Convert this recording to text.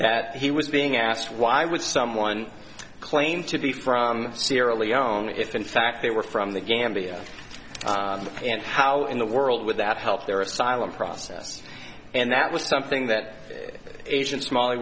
that he was being asked why would someone claim to be from sierra leone if in fact they were from the gambia and how in the world would that help their asylum process and that was something that a